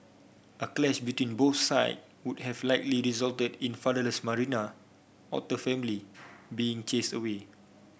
a clash between both side would have likely resulted in the fatherless Marina otter family being chased away